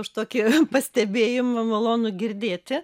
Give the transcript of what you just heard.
už tokį pastebėjimą malonu girdėti